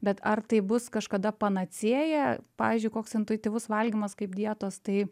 bet ar tai bus kažkada panacėja pavyzdžiui koks intuityvus valgymas kaip dietos tai